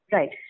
Right